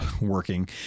working